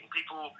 People